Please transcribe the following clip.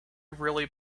really